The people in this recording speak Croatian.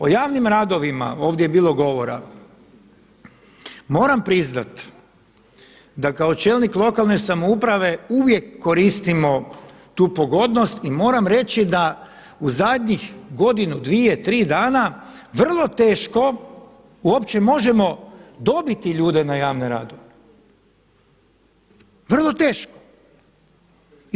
O javnim radovima ovdje je bilo govora moram priznat da kao čelnik lokalne samouprave uvijek koristimo tu pogodnost i moram reći da u zadnjih godinu, dvije, tri dana vrlo teško uopće možemo dobiti ljude na javne radove, vrlo teško.